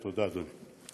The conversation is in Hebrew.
תודה, אדוני.